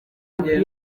muri